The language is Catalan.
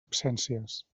absències